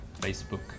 Facebook